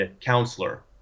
counselor